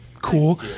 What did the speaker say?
cool